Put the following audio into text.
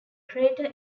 crater